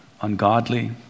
ungodly